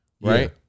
Right